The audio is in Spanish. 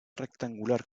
rectangular